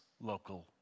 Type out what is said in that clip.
local